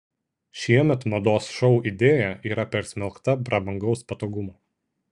šiemet mados šou idėja yra persmelkta prabangaus patogumo